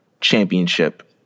championship